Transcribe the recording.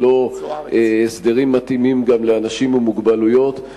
וגם ללא הסדרים מתאימים לאנשים עם מוגבלויות.